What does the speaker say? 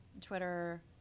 twitter